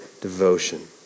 devotion